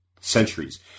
centuries